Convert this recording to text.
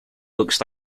looks